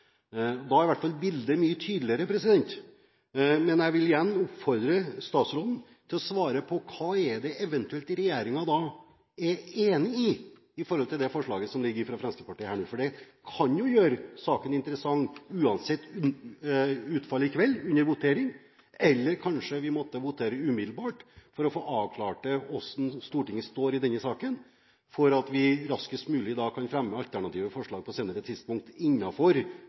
lov. Da er i hvert fall bildet mye tydeligere. Jeg vil igjen oppfordre statsråden til å svare på hva det er regjeringen eventuelt er enig i i forslaget som ligger fra Fremskrittspartiet. Det kan jo gjøre saken interessant uansett utfallet under voteringen i kveld, eller kanskje vi måtte votere umiddelbart for å få avklart hvordan Stortinget står i denne saken, for at vi raskest mulig kan fremme alternative forslag på senere tidspunkt